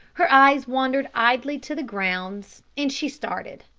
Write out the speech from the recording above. her eyes wandered idly to the grounds and she started.